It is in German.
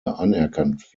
anerkannt